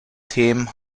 themen